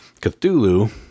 Cthulhu